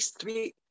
three